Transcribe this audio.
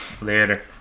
Later